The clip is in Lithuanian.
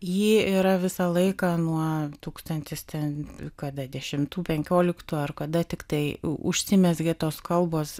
ji yra visą laiką nuo tūkstantis ten kada dešimtų penkioliktų ar kada tiktai užsimezgė tos kalbos